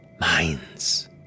minds